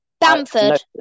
Bamford